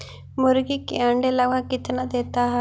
मुर्गी के अंडे लगभग कितना देता है?